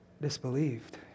disbelieved